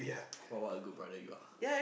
!wah! what a good brother you are